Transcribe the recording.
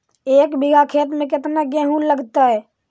एक बिघा खेत में केतना गेहूं लगतै?